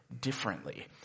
differently